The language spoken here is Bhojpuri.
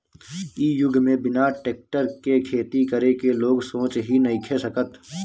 इ युग में बिना टेक्टर के खेती करे के लोग सोच ही नइखे सकत